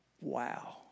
Wow